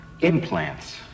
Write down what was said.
Implants